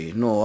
no